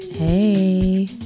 Hey